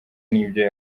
n’ibyo